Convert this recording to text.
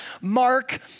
Mark